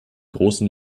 großen